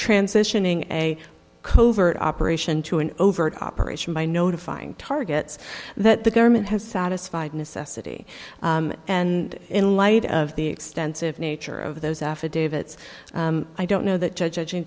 transitioning a covert operation to an overt operation by notifying targets that the government has satisfied necessity and in light of the extensive nature of the affidavits i don't know that judg